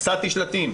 נשאתי שלטים.